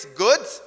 goods